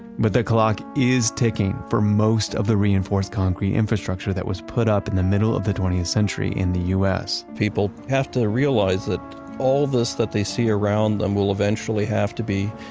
but the clock is ticking for most of the reinforced concrete infrastructure that was put up in the middle of the twentieth century in the us. people have to realize that all this that they see around them will eventually have to be,